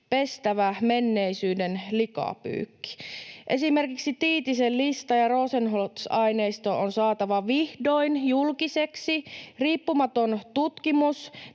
pestävä menneisyyden likapyykki. Esimerkiksi Tiitisen lista ja Rosenholz-aineisto on saatava vihdoin julkisiksi. Riippumaton tutkimus